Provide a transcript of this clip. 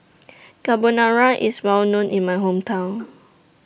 Carbonara IS Well known in My Hometown